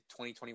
2021